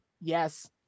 Yes